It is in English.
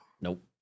Nope